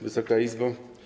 Wysoka Izbo!